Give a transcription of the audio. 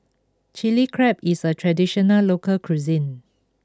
Chilli Crab is a traditional local cuisine